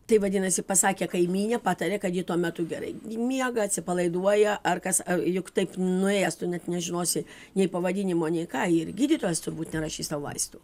tai vadinasi pasakė kaimynė patarė kad ji tuo metu gerai miega atsipalaiduoja ar kas juk taip nuėjęs tu net nežinosi nei pavadinimo nei ką ir gydytojas turbūt nerašys tau vaistų